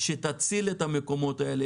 שתציל את המקומות האלה.